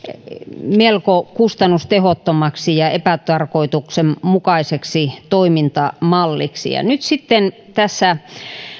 melko kustannustehottomaksi ja epätarkoituksenmukaiseksi toimintamalliksi nyt sitten tässä